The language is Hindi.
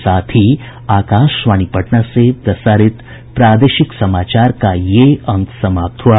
इसके साथ ही आकाशवाणी पटना से प्रसारित प्रादेशिक समाचार का ये अंक समाप्त हुआ